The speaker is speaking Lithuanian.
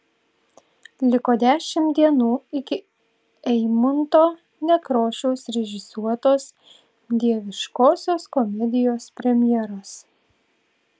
liko dešimt dienų iki eimunto nekrošiaus režisuotos dieviškosios komedijos premjeros